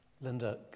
Linda